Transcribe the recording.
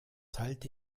halte